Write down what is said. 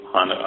on